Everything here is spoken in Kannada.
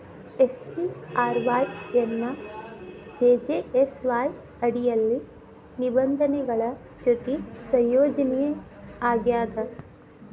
ಎಸ್.ಜಿ.ಆರ್.ವಾಯ್ ಎನ್ನಾ ಜೆ.ಜೇ.ಎಸ್.ವಾಯ್ ಅಡಿಯಲ್ಲಿ ನಿಬಂಧನೆಗಳ ಜೊತಿ ಸಂಯೋಜನಿ ಆಗ್ಯಾದ